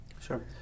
Sure